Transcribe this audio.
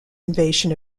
invasion